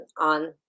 on